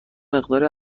مقداری